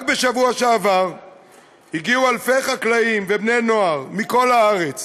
רק בשבוע שעבר הגיעו אלפי חקלאים ובני-נוער מכל הארץ